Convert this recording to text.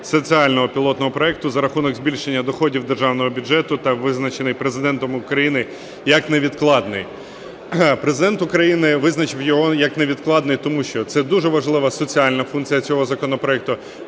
соціального пілотного проекту за рахунок збільшення доходів з державного бюджету та визначений Президентом України як невідкладний. Президент України визначив його як невідкладний тому що це дуже важлива соціальна функція цього законопроекту